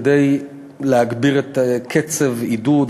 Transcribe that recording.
כדי להגביר את קצב עידוד,